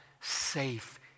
safe